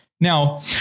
Now